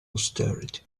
austerity